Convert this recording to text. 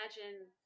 imagine